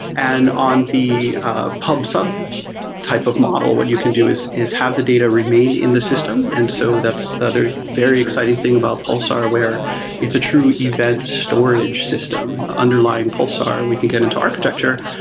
and on the ah pub sub type of model, what you can do is is have the data remain in the system, and so that's the other very exciting thing about pulsar, where it's a true event storage system underlying pulsar, we can get into architecture.